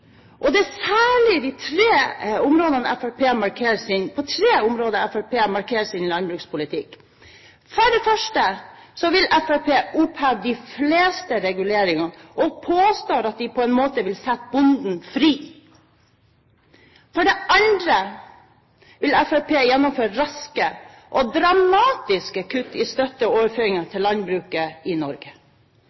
Det er særlig på tre områder Fremskrittspartiet markerer sin landbrukspolitikk: For det første vil Fremskrittspartiet oppheve de fleste reguleringer, og påstår at de på en måte vil sette bonden fri. For det andre vil Fremskrittspartiet gjennomføre raske og dramatiske kutt i støtte og overføringer til landbruket i Norge.